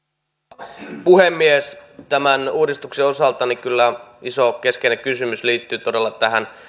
arvoisa puhemies tämän uudistuksen osalta kyllä iso keskeinen kysymys liittyy todella tähän